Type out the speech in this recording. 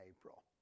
April